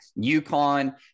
UConn